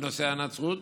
בנושא הנצרות,